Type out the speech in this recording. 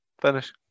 Finish